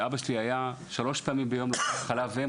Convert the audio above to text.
שאבא שלי היה שלוש פעמים ביום נותן לי חלב אם,